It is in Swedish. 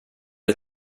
det